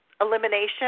elimination